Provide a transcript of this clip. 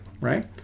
right